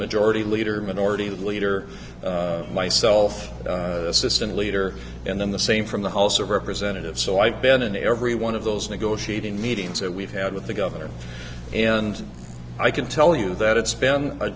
majority leader minority leader myself assistant leader and then the same from the house of representatives so i've been in every one of those negotiating meetings that we've had with the governor and i can tell you that it's been a